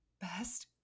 best